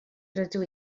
rydw